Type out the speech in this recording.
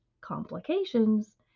complications